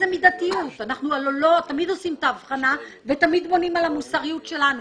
אנחנו תמיד בונים על המוסריות שלנו,